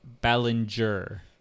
Ballinger